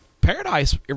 Paradise